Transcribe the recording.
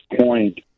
point